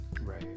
right